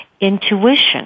intuition